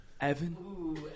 Evan